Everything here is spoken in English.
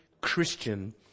Christian